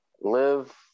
Live